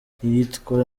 icyitwa